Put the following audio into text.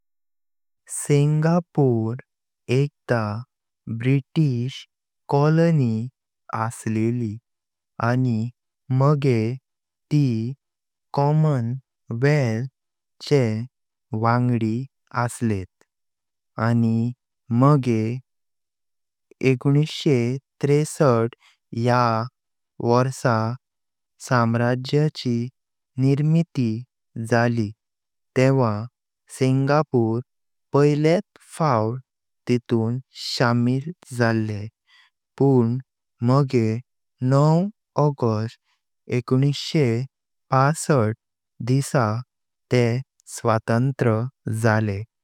सिंगापूर एकदा British colony असलिली आनी मागे ती कॉमनवेल्थ चे वांग्डी असलें। आनी मागे एकुणशे त्रेसष्ट या वर्षा मलेशिया संघराज्याची निर्मिती झाली तेव्हा सिंगापूर पैलेट फाउत तितून शमिल जाले, पण मागे नव ऑगस्ट एकुणशे पासष्ट दिसा ते स्वातंत्र झाले।